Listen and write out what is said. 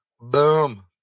Boom